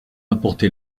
apporté